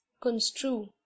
construe